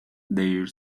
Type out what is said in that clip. their